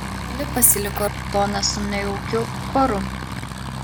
toli pasiliko raudonė su nejaukiu kuoru